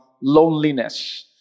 loneliness